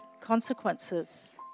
consequences